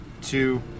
two